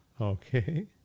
Okay